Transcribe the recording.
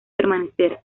permanecer